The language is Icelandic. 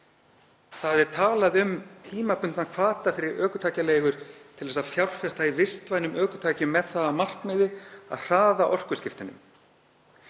Þar er talað um tímabundna hvata fyrir ökutækjaleigur til að fjárfesta í vistvænum ökutækjum með það að markmiði að hraða orkuskiptunum.